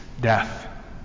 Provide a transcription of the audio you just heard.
Death